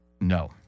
No